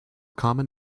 common